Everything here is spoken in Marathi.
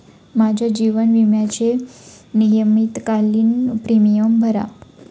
माझ्या जीवन विम्याचे नियतकालिक प्रीमियम भरा